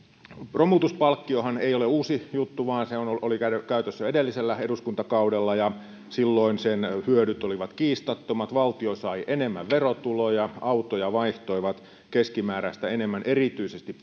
romutuspalkkiohan ei ole uusi juttu vaan se oli käytössä jo edellisellä eduskuntakaudella ja silloin sen hyödyt olivat kiistattomat valtio sai enemmän verotuloja autoja vaihtoivat keskimääräistä enemmän erityisesti